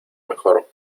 mejor